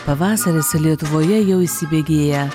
pavasaris lietuvoje jau įsibėgėja